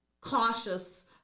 cautious